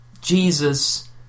Jesus